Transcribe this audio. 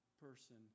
person